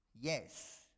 Yes